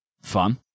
fun